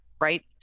right